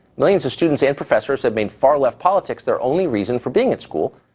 millions of students and professors have made far-left politics their only reason for being at school.